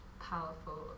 powerful